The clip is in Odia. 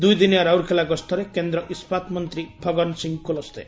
ଦୁଇଦିନିଆ ରାଉରକେଲା ଗସ୍ତରେ କେନ୍ଦ୍ରଇସ୍ବାତ ମନ୍ତୀ ଫଗନ୍ ସିଂ କୁଲସେ